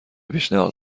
پیشنهاد